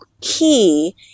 key